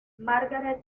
margaret